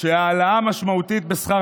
למה אני חושב שהעלאה משמעותית בשכר